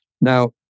now